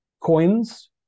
coins